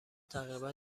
تقریبا